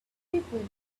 people